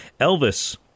Elvis